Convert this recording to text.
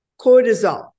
cortisol